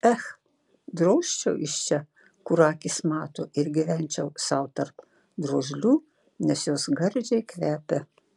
ech drožčiau iš čia kur akys mato ir gyvenčiau sau tarp drožlių nes jos gardžiai kvepia